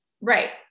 Right